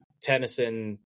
Tennyson